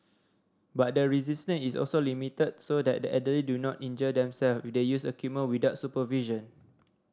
but the resistance is also limited so that the elderly do not injure themselves if they use equipment without supervision